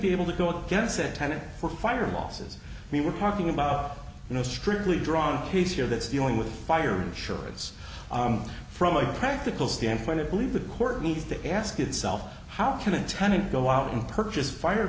be able to go against that tenant for fire losses we were talking about you know strictly drawn case here that's dealing with fire insurance from a practical standpoint it believe the court needs to ask itself how can a tenant go out and purchase fire